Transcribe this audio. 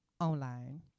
online